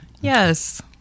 Yes